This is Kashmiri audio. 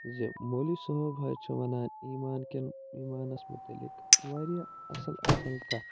زِ مولی صٲب حظ چھِ وَنان ایمان کٮ۪ن ایمانس متعلق وارِیاہ اَصٕل اَصٕل کَتھٕ